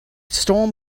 storm